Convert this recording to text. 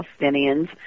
Palestinians